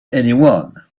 anyone